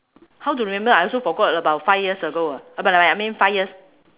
how to remember I also forgot about five years ago I mean five years